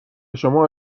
شما